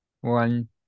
one